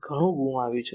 ઘણું ગુમાવ્યું છે